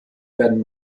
werden